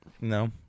No